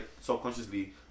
subconsciously